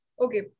Okay